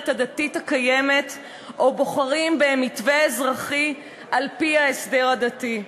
הדתית הקיימת או בוחרים במתווה אזרחי על-פני ההסדר הדתי.